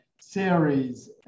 series